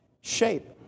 Shape